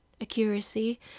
accuracy